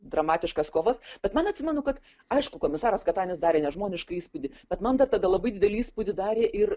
dramatiškas kovas bet man atsimenu kad aišku komisaras katanis darė nežmonišką įspūdį bet man dar tada labai didelį įspūdį darė ir